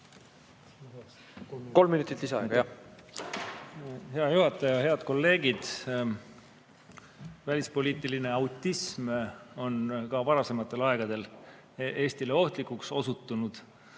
Kolm minutit lisaaega ka. Hea juhataja! Head kolleegid! Välispoliitiline autism on ka varasematel aegadel Eestile ohtlikuks osutunud.